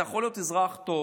אתה יכול להיות אזרח טוב,